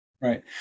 Right